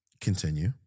Continue